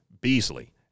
Beasley